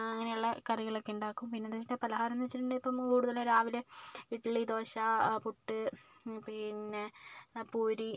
അങ്ങനെയുള്ള കറികളൊക്കെ ഉണ്ടാക്കും പിന്നെ എന്ന് വെച്ചിട്ടുണ്ടെങ്കിൽ പലഹാരം എന്ന് വെച്ചിട്ടുണ്ടെങ്കിൽ ഇപ്പം കൂടുതലും രാവിലെ ഇഡ്ലി ദോശ പുട്ട് പിന്നെ പൂരി